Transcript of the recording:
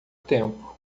tempo